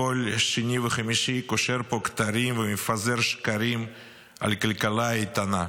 שכל שני וחמישי קושר פה כתרים ומפזר שקרים על כלכלה איתנה.